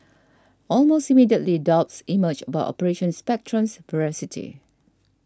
almost immediately doubts emerged about Operation Spectrum's veracity